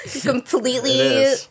Completely